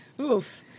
Oof